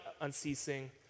unceasing